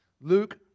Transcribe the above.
Luke